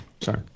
Sorry